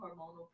hormonal